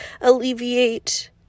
alleviate